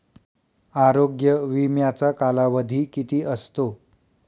आरोग्य विम्याचा कालावधी किती असतो?